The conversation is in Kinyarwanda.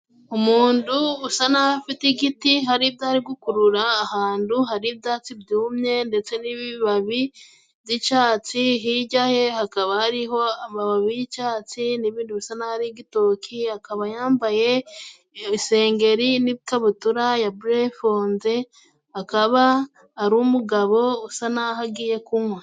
Umuntu usa naho afite igiti hari ibyari gukurura ahantu hari ibyatsi byumye, ndetse n'ibibabi by'icyatsi, hirya ye hakaba hariho amababi y'icyatsi n'ibindi bisa naho ari igitoki, akaba yambaye isengeri n'ikabutura ya bure fonze, akaba ari umugabo usa na ho agiye kunywa.